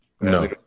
No